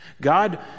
God